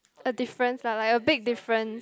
a difference lah like a big difference